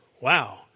wow